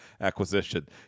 acquisition